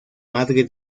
madre